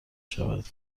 شود